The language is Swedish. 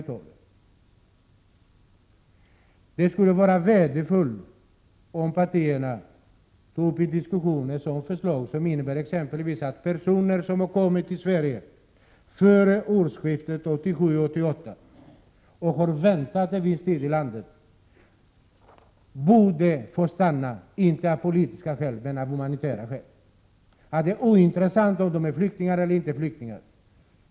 Det skulle därför vara värdefullt om partierna diskuterade ett förslag som innebär att personer som har kommit till Sverige före årsskiftet 1987—1988 och har vistats en viss tid i landet borde få stanna, inte av politiska skäl utan av humanitära skäl. Det är ointressant om de är flyktingar eller inte.